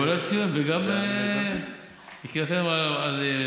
ראויה לציון גם יקירתנו איילת